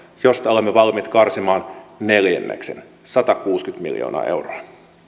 josta olemme valmiit karsimaan neljänneksen satakuusikymmentä miljoonaa euroa